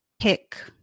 pick